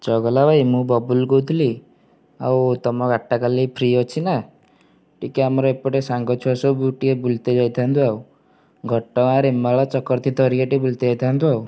ଚଗଲା ଭାଇ ମୁଁ ବବୁଲୁ କହୁଥିଲି ଆଉ ତମ ଗାଡ଼ିଟା କାଲି ଫ୍ରି ଅଛି ନା ଟିକେ ଆମର ଏପଟେ ସାଙ୍ଗ ଛୁଆ ସବୁ ଟିକେ ବୁଲିତେ ଯାଇଥାନ୍ତୁ ଆଉ ଘଟଗାଁ ରେମାଳ ଚକ୍ରତୀର୍ଥ ବୁଲିତେ ଯାଇଥାନ୍ତୁ ଆଉ